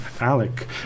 alec